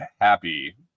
happy